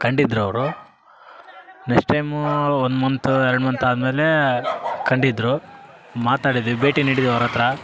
ಕಂಡಿದ್ರು ಅವರು next time ಅವ್ರ one month ಎರಡು ಮಂತ್ ಆದಮೇಲೇ ಕಂಡಿದ್ರು ಮಾತಾಡಿದಿವಿ ಭೇಟಿ ನೀಡಿದಿವಿ ಅವ್ರಹತ್ರ